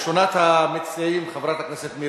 הנושא אכן יועבר לוועדת הכספים.